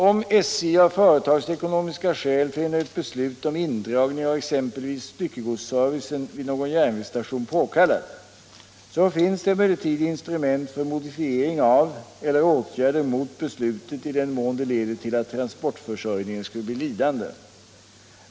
Om SJ av företagsekonomiska skäl finner ett beslut om indragning av exempelvis styckegodsservicen vid någon järnvägsstation påkallat, så finns det emellertid instrument för modifiering av eller åtgärder mot beslutet i den mån det leder till att transportförsörjningen skulle bli lidande.